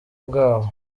bwabo